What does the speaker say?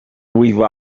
we’ve